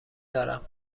دارم